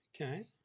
Okay